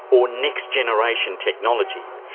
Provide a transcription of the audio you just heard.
or next generation technology.